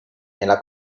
nella